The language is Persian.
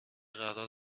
قرار